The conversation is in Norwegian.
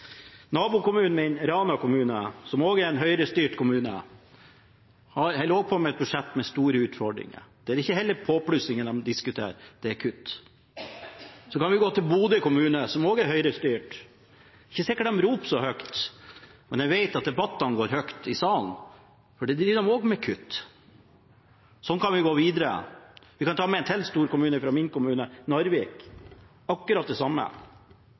Nabokommunen min, Rana kommune, som også er en Høyre-styrt kommune, holder også på med et budsjett med store utfordringer. Der er det heller ikke påplussinger de diskuterer, det er kutt. Vi kan gå til Bodø kommune, som også er Høyre-styrt. Det er ikke sikkert de roper så høyt, men jeg vet at debattene går høyt i salen, for der driver de også med kutt. Sånn kan vi gå videre. Vi kan ta med enda en storkommune fra mitt fylke, Narvik – det er akkurat det samme.